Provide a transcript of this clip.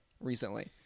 recently